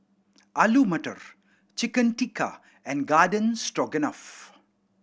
Alu Matar Chicken Tikka and Garden Stroganoff